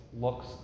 looks